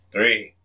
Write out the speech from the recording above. Three